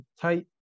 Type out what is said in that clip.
tight